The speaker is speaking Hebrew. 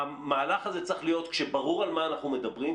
המהלך הזה צריך להיות כשברור על מה אנחנו מדברים,